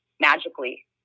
magically